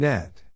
Net